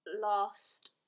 last